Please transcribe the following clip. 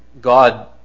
God